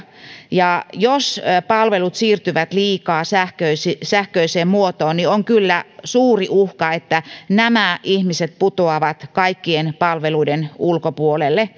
ja jos palvelut siirtyvät liikaa sähköiseen muotoon on kyllä suuri uhka että nämä ihmiset putoavat kaikkien palveluiden ulkopuolelle